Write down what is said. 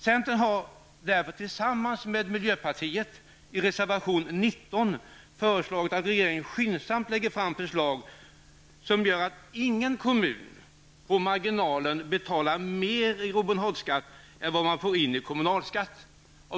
Centern och miljöpartiet föreslår därför i reservation 19 att regeringen skyndsamt lägger fram förslag som går ut på att ingen kommun på marginalen skall betala mer i Robin Hood-skatt än man får in i kommunalskatt.